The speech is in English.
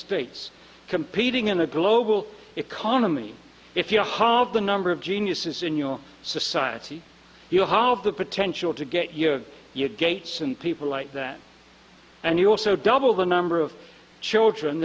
states competing in a global economy if you have the number of geniuses in your society you have the potential to get your gates and people like that and you also double the number of children